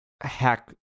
hack